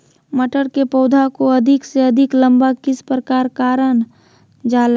मटर के पौधा को अधिक से अधिक लंबा किस प्रकार कारण जाला?